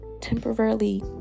temporarily